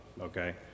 Okay